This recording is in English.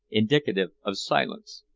indicative of silence.